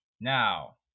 Now